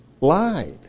lied